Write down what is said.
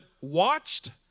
watched